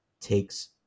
takes